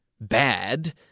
bad